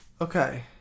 Okay